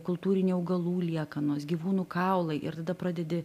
kultūrinių augalų liekanos gyvūnų kaulai ir tada pradedi